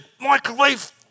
microwave